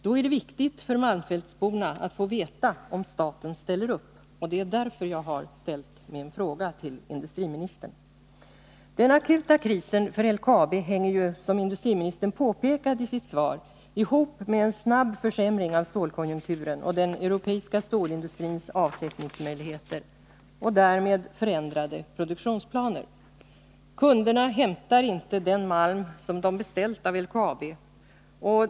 Då är det viktigt för malmfältsborna att få veta om staten ställer upp, och det är därför som jag har framställt min interpellation till industriministern. Den akuta krisen för LKAB hänger, som industriministern påpekar i sitt svar, ihop med en snabb försämring av stålkonjunkturen och den europeiska stålindustrins avsättningsmöjligheter och därmed förändrade produktionsplaner. Kunderna hämtar inte den malm som de beställt av LKAB.